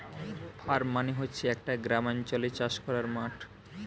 farm মানে হচ্ছে একটা গ্রামাঞ্চলে চাষ করার মাঠ